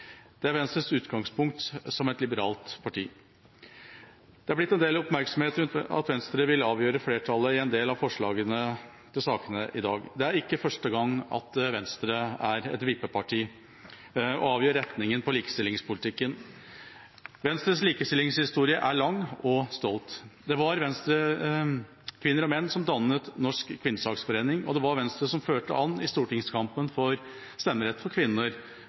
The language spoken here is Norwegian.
Det er Venstres utgangspunkt som et liberalt parti. Det er blitt en del oppmerksomhet rundt at Venstre vil avgjøre flertallet når det gjelder en del av forslagene i saken i dag. Det er ikke første gang Venstre er et vippeparti og avgjør retningen på likestillingspolitikken. Venstres likestillingshistorie er lang og stolt. Det var Venstre-kvinner og -menn som dannet Norsk Kvinnesaksforening, og det var Venstre som førte an i stortingskampen for stemmerett for kvinner